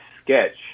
sketch